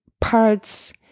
parts